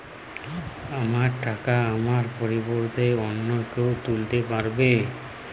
আমার টাকা আমার পরিবর্তে অন্য কেউ তুলতে পারবে?